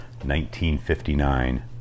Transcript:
1959